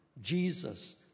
Jesus